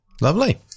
Lovely